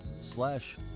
slash